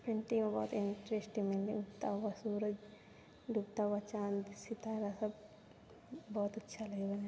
पेन्टिंगमे बहुत इन्ट्रेस्ट छै उगता हुआ सूरज डूबता हुआ चाँद सितारा बहुत अच्छा लागै छै